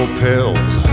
pills